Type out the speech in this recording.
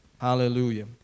Hallelujah